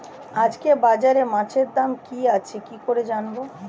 আজকে বাজারে মাছের দাম কি আছে কি করে জানবো?